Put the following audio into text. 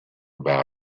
about